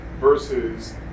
versus